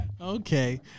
Okay